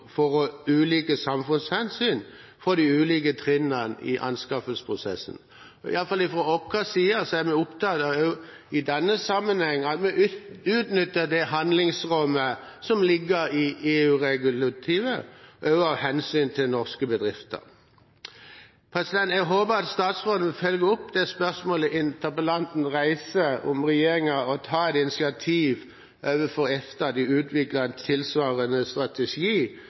for ulike samfunnshensyn for de ulike trinnene i anskaffelsesprosessen, og iallfall fra vår side er vi nå også i denne sammenheng opptatt av at vi utnytter det handlingsrommet som ligger i EU-regulativet, også av hensyn til norske bedrifter. Jeg håper at statsråden følger opp det spørsmålet interpellanten reiser, om regjeringen vil ta initiativ til at EFTA utvikler tilsvarende strategi